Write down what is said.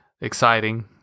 exciting